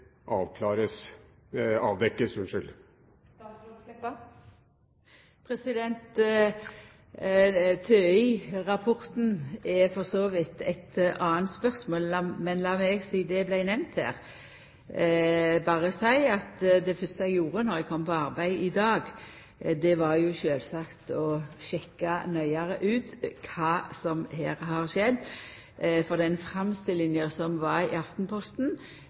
er for så vidt eit anna spørsmål, men lat meg, sidan det vart nemnt, berre seia at det fyrste eg gjorde då eg kom på arbeid i dag, sjølvsagt var å sjekka nærare ut kva som her har skjedd, for slik det er framstilt i Aftenposten,